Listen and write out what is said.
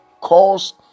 cause